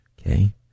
Okay